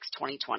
2020